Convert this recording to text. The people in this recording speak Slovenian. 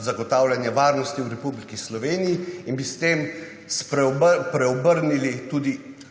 zagotavljanje varnosti v Republiki Sloveniji in bi s tem preobrnili tudi